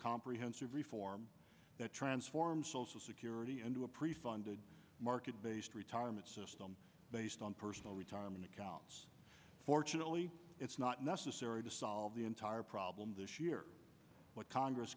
comprehensive reform that transform social security into a pre funded market based retirement system based on personal retirement accounts fortunately it's not necessary to solve the entire problem this year what congress